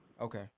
okay